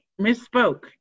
misspoke